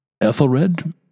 Ethelred